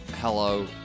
Hello